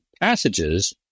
passages